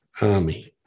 army